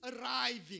arriving